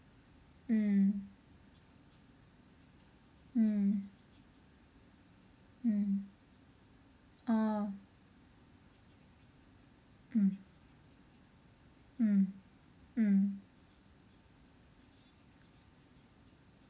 mm mm mm oh mm mm mm